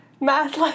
Math